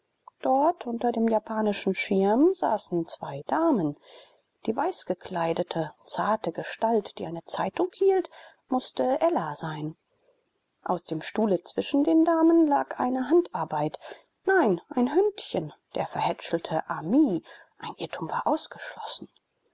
dort unter dem japanischen schirm saßen zwei damen die weißgekleidete zarte gestalt die eine zeitung hielt mußte ella sein aus dem stuhle zwischen den damen lag eine handarbeit nein ein hündchen der verhätschelte ami ein irrtum war ausgeschlossen